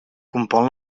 compon